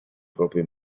proprio